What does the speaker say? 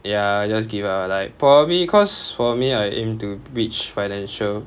ya just give up ah like probably cause for me I aim to reach financial